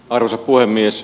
arvoisa puhemies